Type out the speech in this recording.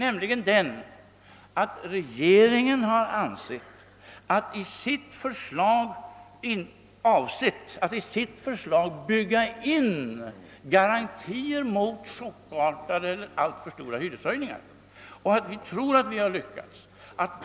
Det är ju att regeringen har avsett att i sitt förslag bygga in garantier mot chockartade, alltför stora hyreshöjningar och att vi tror att vi lyckats därmed.